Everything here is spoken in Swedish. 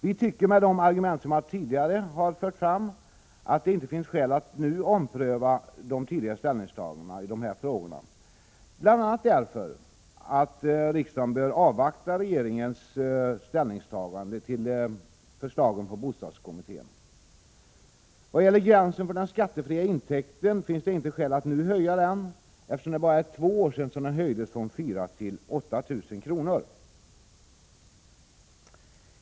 Argumenten i dessa frågor har tidigare framförts och det finns inte skäl att ompröva dem nu, bl.a. därför att riksdagen bör avvakta regeringens ställningstagande till förslagen från bostadskommittén. Vad gäller gränsen för den skattefria intäkten finns det inte skäl att nu höja den, eftersom det bara är två år sedan den höjdes från 4 000 till 8 000 kr.